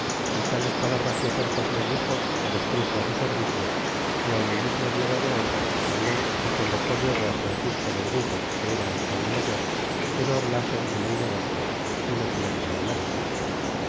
velazquez tales palabras y ofertas les dixo que los truxo su servicio y aun el mismo diego de ordas habló convocó luego a francisco verdugo que era alcalde mayor que no hablasen en el negocio sino